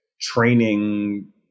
training